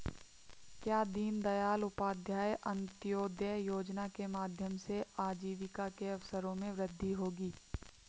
क्या दीन दयाल उपाध्याय अंत्योदय योजना के माध्यम से आजीविका के अवसरों में वृद्धि होगी?